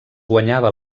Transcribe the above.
guanyava